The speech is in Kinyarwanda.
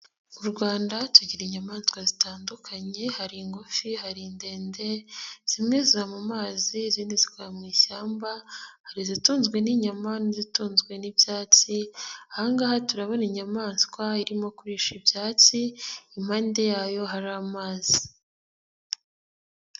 Mu Rwanda tugira inyamaswa zitandukanye, hari ingufi, hari ndende, zimwe ziba mu mazi, izindi zikaba mu ishyamba, hari izitunzwe n'inyama n'izitunzwe n'ibyatsi, ahangaha turabona inyamaswa irimo kurisha ibyatsi, impande yayo hari amazi.